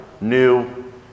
new